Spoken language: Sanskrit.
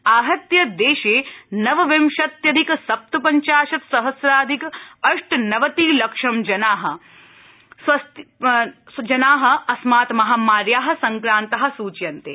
आहत्य देशे नवविंशत्यधिक सप्तपञ्चाशत् सहस्राधिक अष्टनवति लक्षं जना अस्मात् महामार्या संक्रांता सूच्यन्ते